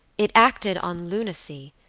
it acted on lunacy,